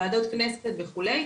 ועדות כנסת וכו',